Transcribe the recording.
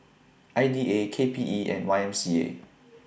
I D A K P E and Y M C A